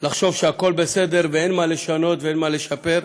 לחשוב שהכול בסדר ואין מה לשנות ואין מה לשפר.